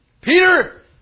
Peter